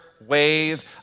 wave